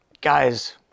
Guys